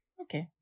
Okay